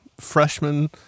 Freshman